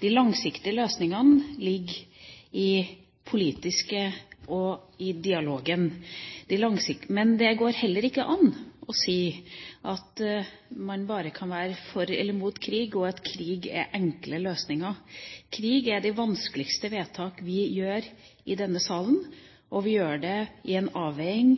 De langsiktige løsningene ligger i det politiske og i dialog, men det går heller ikke an å si at man bare kan være for eller mot krig, og at krig er enkle løsninger. Krig er de vanskeligste vedtak vi gjør i denne salen, og vi gjør det på den andre sida også i en avveining